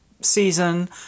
season